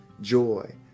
joy